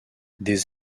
des